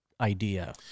idea